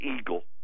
eagle